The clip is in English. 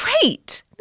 Great